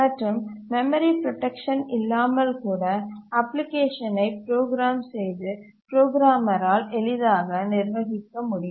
மற்றும் memory protection இல்லாமல் கூட அப்ளிகேஷனை ப்ரோக்ராம் செய்து புரோகிராமரால் எளிதாக நிர்வகிக்க முடியும்